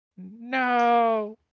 No